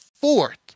fourth